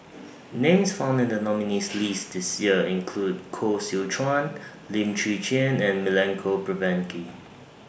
Names found in The nominees' list This Year include Koh Seow Chuan Lim Chwee Chian and Milenko Prvacki